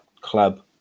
club